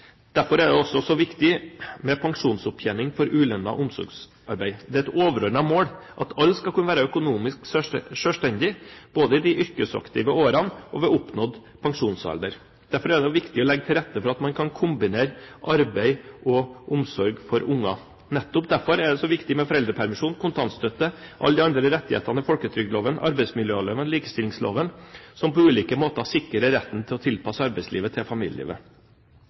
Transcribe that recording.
Derfor er det også så viktig med pensjonsopptjening for ulønnet omsorgsarbeid. Det er et overordnet mål at alle skal kunne være økonomisk selvstendige, både i de yrkesaktive årene og ved oppnådd pensjonsalder. Derfor er det viktig å legge til rette for at man kan kombinere arbeid og omsorg for barn. Nettopp derfor er det så viktig med foreldrepermisjon, kontantstøtte og alle de andre rettighetene i folketrygdloven, arbeidsmiljøloven og likestillingsloven, som på ulike måter sikrer retten til å tilpasse arbeidslivet til familielivet,